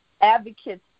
advocates